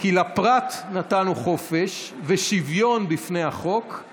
כי לפרט נתן הוא חופש / ושוויון בפני החוק /